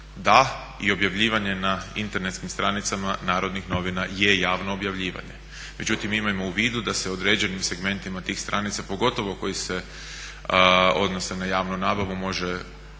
da i objavljivanje na internetskim stranicama Narodnih novina je javno objavljivanje, međutim imajmo u vidu da se određenim segmentima tih stranica, pogotovo koji se odnose na javnu nabavu može